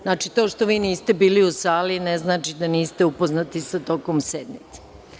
Znači, to što vi niste bili u sali, ne znači da niste upoznati sa tokom sednice.